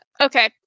Okay